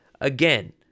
again